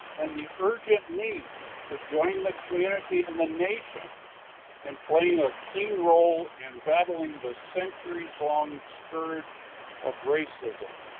and the urgent need to join the community and the nation in playing a key role in and battling the centuries long scourge of racism.